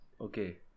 Okay